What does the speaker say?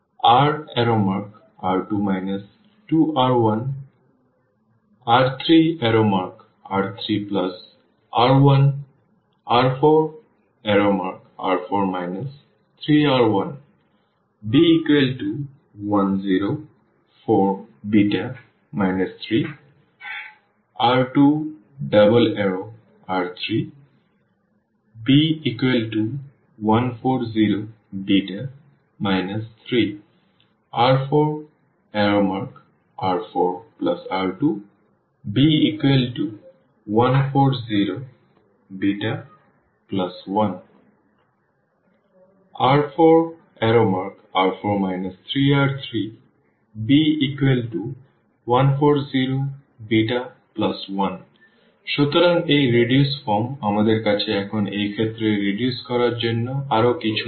R2R2 2R1 R3R3R1 R4R4 3R1 b1 0 4 3 R2R3 b1 4 0 3 R4R4R2 b1 4 0 1 R4R4 3R3 b1 4 0 1 সুতরাং এই reduce form আমাদের কাছে এখন এই ক্ষেত্রে রিডিউস করার জন্য আর কিছু নেই